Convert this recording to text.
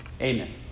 Amen